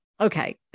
Okay